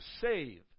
save